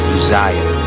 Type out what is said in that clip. Uzziah